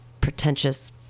pretentious